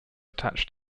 attached